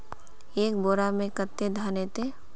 एक बोड़ा में कते दाना ऐते?